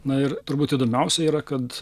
na ir turbūt įdomiausia yra kad